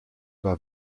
war